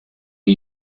hay